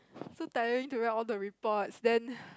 so tiring to write all the reports then